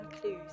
clues